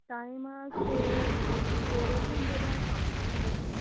time ਸ ਸਵੇਰੇ ਵੀ ਹੁੰਦੇ ਨੇ ਉਹ ਸ਼ਾਮ ਨੂੰ ਵੀ ਹੁੰਦੇ ਨੇ